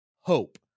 hope